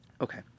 Okay